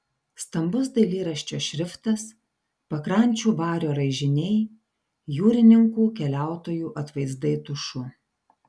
stambus dailyraščio šriftas pakrančių vario raižiniai jūrininkų keliautojų atvaizdai tušu